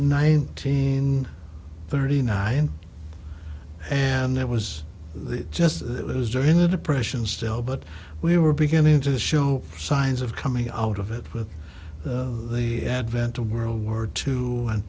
nineteen thirty nine and that was the gist of it was during the depression still but we were beginning to show signs of coming out of it with the advent of world war two and